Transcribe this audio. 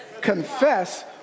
Confess